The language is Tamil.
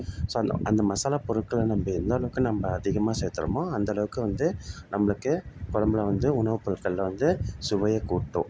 ஸோ அந்த அந்த மசாலா பொருட்களை நம்ம எந்தளவுக்கு நம்ம அதிகமாக சேர்த்துறமோ அந்தளவுக்கு வந்து நம்மளுக்குக் கொழம்புல வந்து உணவுப் பொருட்களில் வந்து சுவையைக்கூட்டும்